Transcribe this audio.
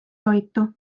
toitu